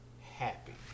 happy